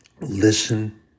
Listen